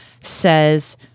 says